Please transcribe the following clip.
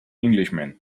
englishman